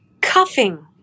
cuffing